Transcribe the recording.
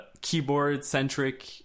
keyboard-centric